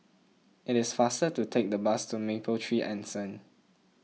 it is faster to take the bus to Mapletree Anson